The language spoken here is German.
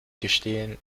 gestehen